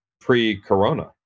pre-corona